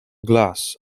glass